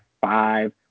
five